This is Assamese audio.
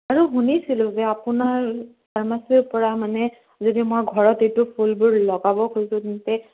আৰু শুনিছিলোঁ যে আপোনাৰ ফাৰ্মাচীৰ পৰা মানে যদি মই ঘৰত এইটো ফুলবোৰ লগাব খুজিছোঁ তেন্তে